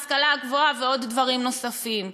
להשכלה הגבוהה ולדברים נוספים.